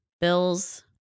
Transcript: bills